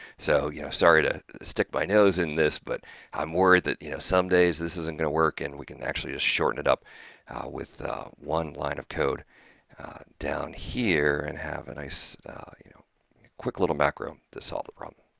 so, you know, sorry to stick my nose in this but i'm worried that you know, some days this isn't going to work in, we can actually just shorten it up with one line of code down here and have a nice you know, a quick little macro to solve the problem,